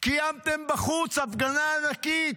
קיימתם בחוץ הפגנה ענקית.